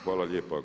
Hvala lijepa.